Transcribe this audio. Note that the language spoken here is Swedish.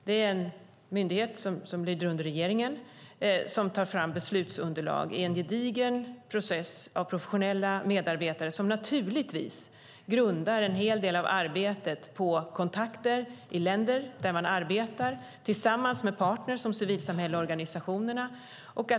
Det är en myndighet som lyder under regeringen och som tar fram beslutsunderlag i en gedigen process med professionella medarbetare, som naturligtvis grundar en hel del av arbetet på kontakter i länder där man arbetar, tillsammans med partner som civilsamhälle och organisationer.